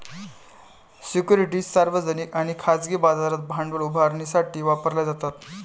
securities सार्वजनिक आणि खाजगी बाजारात भांडवल उभारण्यासाठी वापरल्या जातात